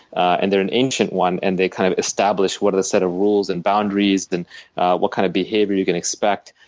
and they're an ancient one and they kind of establish what are the set of rules and boundaries, and what kind of behavior you can expect.